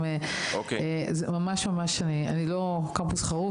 קמפוס חרוב,